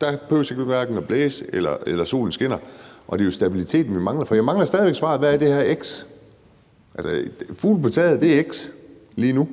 Det behøver ikke at blæse, og solen behøver ikke at skinne. Og det er jo stabiliteten, vi mangler. Jeg mangler stadig væk svaret på, hvad det her x er. Altså, fuglen på taget er x lige nu,